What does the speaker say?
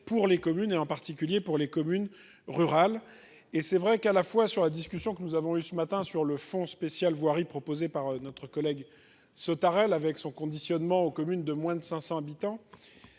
pour les communes et en particulier pour les communes rurales et c'est vrai qu'à la fois sur la discussion que nous avons eu ce matin sur le fond spécial voirie proposé par notre collègue Sautarel avec son conditionnement aux communes de moins de 500 habitants